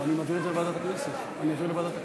אתם יודעים